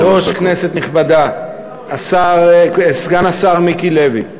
כבוד היושב-ראש, כנסת נכבדה, סגן השר מיקי לוי,